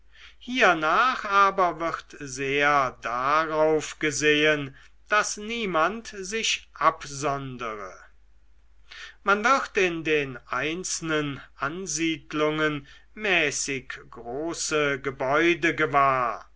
hiernach aber wird sehr darauf gesehen daß niemand sich absondere man wird in den einzelnen ansiedelungen mäßig große gebäude gewahr